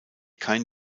kein